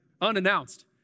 unannounced